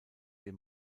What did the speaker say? des